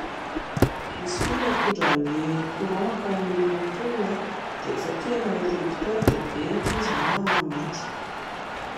Misy fil mitondra an'ilay courant mankao amin'ilay ampoule dia rehefa pihina ilay intérrupteur dia mirehitra izy na maty